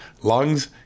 lungs